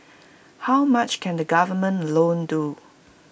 how much can the government alone do